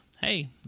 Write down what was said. hey